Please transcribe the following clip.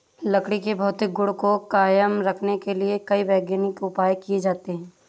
लकड़ी के भौतिक गुण को कायम रखने के लिए कई वैज्ञानिक उपाय किये जाते हैं